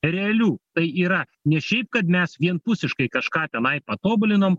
realių tai yra ne šiaip kad mes vienpusiškai kažką tenai patobulinom